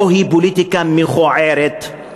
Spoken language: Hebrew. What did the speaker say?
או שהיא פוליטיקה מכוערת,